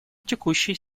текущей